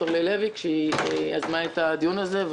אורלי לוי אבקסיס שיזמה את הדיון הזה,